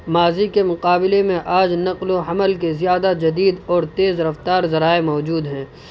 ماضی کے مقابلے میں آج نقل و حمل کے زیادہ جدید اور تیز رفتار ذرائع موجود ہیں